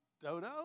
dodo